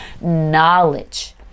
Knowledge